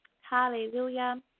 Hallelujah